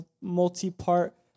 multi-part